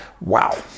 Wow